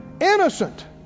Innocent